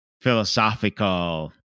philosophical